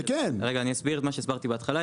אני אסביר את מה שהסברתי בהתחלה.